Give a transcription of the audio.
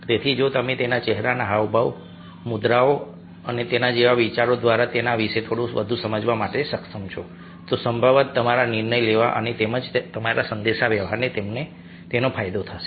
તેથી જો તમે તેના ચહેરાના હાવભાવ હાવભાવ મુદ્રાઓ અને તેના જેવા વિચારો દ્વારા તેના વિશે થોડું વધુ સમજવા માટે સક્ષમ છો તો સંભવતઃ તમારા નિર્ણય લેવા અને તેમજ તમારા સંદેશાવ્યવહારને તેનો ફાયદો થશે